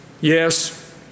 yes